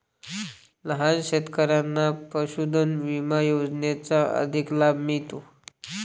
लहान शेतकऱ्यांना पशुधन विमा योजनेचा अधिक लाभ मिळतो